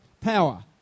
power